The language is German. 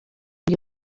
die